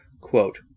Quote